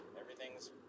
Everything's